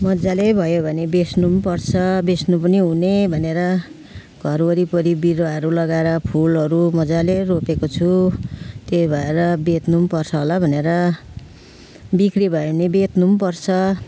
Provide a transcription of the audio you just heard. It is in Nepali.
मजाले भयो भने बेच्नु पनि पर्छ बेच्नु पनि हुने भनेर घरवरिपरि बिरुवाहरू लगाएर फुलहरू मजाले रोपेको छु त्यही भएर बेच्नु पनि पर्छ होला भनेर बिक्री भयो भने बेच्नु पनि पर्छ